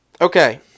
Okay